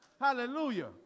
Hallelujah